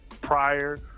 prior